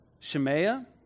Shemaiah